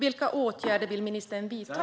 Vilka åtgärder vill ministern vidta?